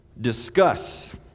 discuss